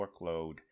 workload